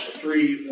three